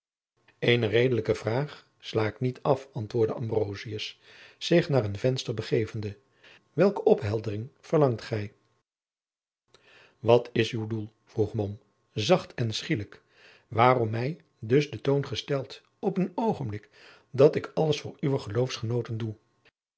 eene redelijke vraag sla ik niet af antwoordde ambrosius zich naar een venster begevende welke opheldering verlangt gij wat is uw doel vroeg mom zacht en schielijk waarom mij dus ten toon gesteld op een oogenblik dat ik alles voor uwe geloofsgenooten doe